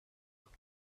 koek